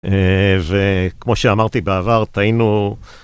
וכמו שאמרתי בעבר, תהינו...